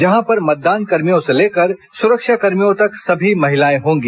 जहां पर मतदानकर्मियों से लेकर सुरक्षाकर्मियों तक सभी महिलाएं होगी